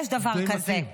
יש דבר כזה.